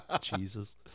Jesus